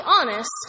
honest